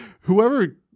Whoever